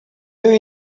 there